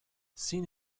sin